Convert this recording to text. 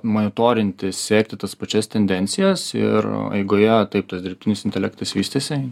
monitorinti sekti tas pačias tendencijas ir eigoje taip tas dirbtinis intelektas vystėsi